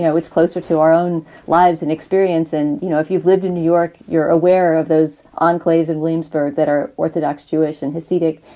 it's closer to our own lives and experience. and, you know, if you've lived in new york, you're aware of those on plays in williamsburg that are orthodox, jewish and hasidic,